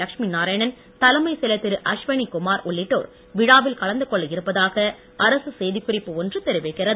லட்சமிநாராயணன் தலைமை செயலர் திரு அஸ்வன் குமார் உள்ளிட்டோர் விழாவில் கலந்துகொள்ள இருப்பதாக அரசுச் செய்திக்குறிப்பு ஒன்று தெரிவிக்கிறது